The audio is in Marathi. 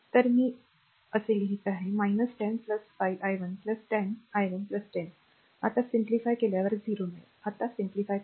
तर मी असे लिहित आहे 10 5 i 1 10 i 1 10 आता सरलीकृत 0 आता simplify करा